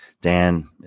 Dan